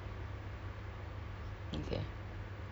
no no